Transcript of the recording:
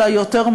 אלא יותר,